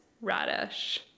Radish